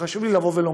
חשוב לי לומר: